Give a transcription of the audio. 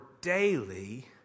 daily